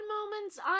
moments